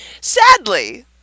Sadly